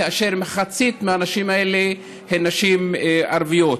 כאשר מחצית מהנשים האלה הן נשים ערביות.